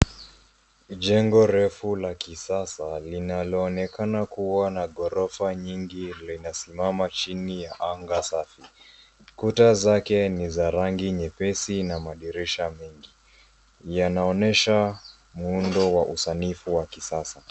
Jengo refu la kisasa linaloonekana kuwa na ghorofa nyingi linasimama chini ya anga safi. Kuta zake ni za rangi nyepesi na madirisha mengi. Yanaonyesha muundo wa kisanifu wa kisasa.